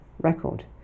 record